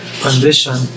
condition